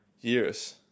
years